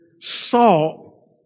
salt